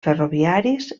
ferroviaris